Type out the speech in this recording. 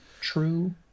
True